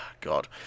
God